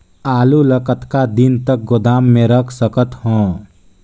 आलू ल कतका दिन तक गोदाम मे रख सकथ हों?